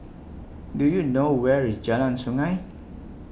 Do YOU know Where IS Jalan Sungei